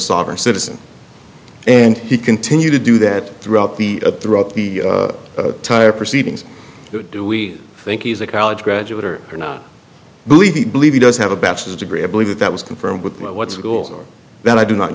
sovereign citizen and he continued to do that throughout the throughout the entire proceedings do we think he's a college graduate or are not believe he believe he does have a bachelor's degree i believe that that was confirmed with what school that i do not